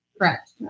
Correct